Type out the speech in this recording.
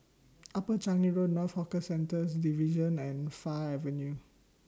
Upper Changi Road North Hawker Centres Division and Fire Avenue